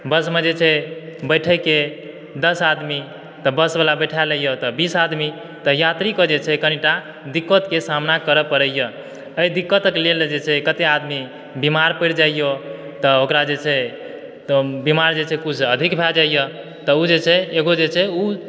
बसमे जे छै बैठयके दश आदमी तऽ बसबला बैठा लयए ओतय बीस आदमी तऽ यात्रीकऽ जे छै कनिटा दिक्कतके सामना करय पड़यए एहि दिक्कतक लेल जे छै कतय आदमी बीमार परि जायए तऽ ओकरा जे छै बीमार जे छै कुछ अधिक भाय जायए तऽ ओ जे छै एगो जे छै ओ